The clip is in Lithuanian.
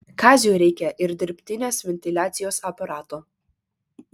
kaziui reikia ir dirbtinės ventiliacijos aparato